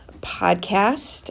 podcast